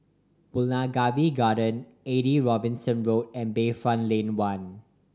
Bougainvillea Garden Eighty Robinson Road and Bayfront Lane One